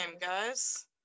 guys